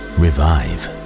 revive